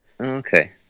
okay